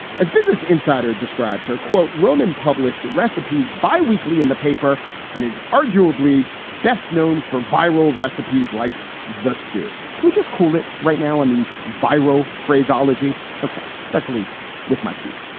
as business insider described her quote, roman published recipes biweekly in the paper and is arguably best known for viral recipes like this. do can we just cool it right now on the viral phraseology? ok. especially with my food.